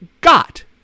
got